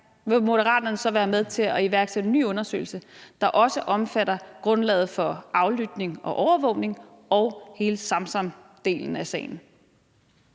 Moderaterne så være med til at iværksætte en ny undersøgelse, der også omfatter grundlaget for aflytning og overvågning og hele Ahmed Samsam-delen af sagen?